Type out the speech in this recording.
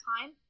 time